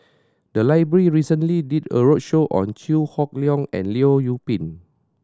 the library recently did a roadshow on Chew Hock Leong and Leong Yoon Pin